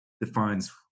defines